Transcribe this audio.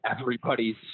everybody's